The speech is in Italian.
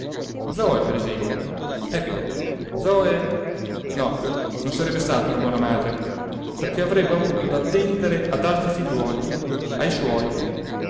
zoe per esempio ecco zoe no non sarebbe stata una buona madre perché avrebbe avuto da attendere ad altri figliuoli ai suoi